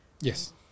Yes